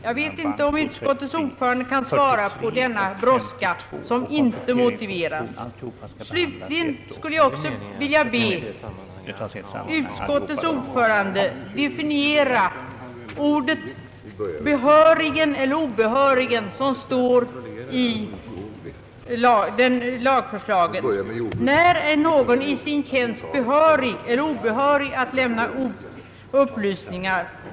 Jag vet inte om utskottets ordförande kan ge besked om orsaken till denna brådska som inte är motiverad. Slutligen vill jag be utskottets ordförande definiera begreppen »behörigen» och »obehörigen» vilka står i lagförslaget. När är någon i sin tjänst behörig eller obehörig att lämna upplysningar?